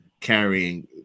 carrying